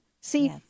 See